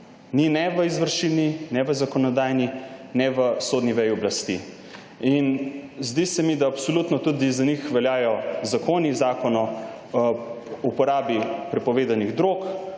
Ni ne v izvršilni ne v zakonodajni ne v sodni veji oblasti. in zdi se mi, da absolutno tudi za njih veljajo zakoni, zakon o uporabi prepovednih drog,